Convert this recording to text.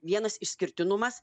vienas išskirtinumas